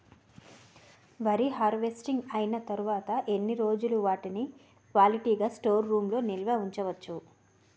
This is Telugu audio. వరి హార్వెస్టింగ్ అయినా తరువత ఎన్ని రోజులు వాటిని క్వాలిటీ గ స్టోర్ రూమ్ లొ నిల్వ ఉంచ వచ్చు?